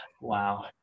Wow